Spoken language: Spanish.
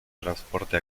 transporte